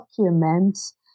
documents